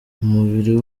umubiri